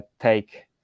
take